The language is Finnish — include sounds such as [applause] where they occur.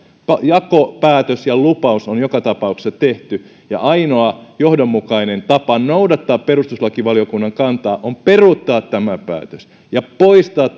jakopäätös ja lupaus on joka tapauksessa tehty ja ainoa johdonmukainen tapa noudattaa perustuslakivaliokunnan kantaa on peruuttaa tämä päätös ja poistaa [unintelligible]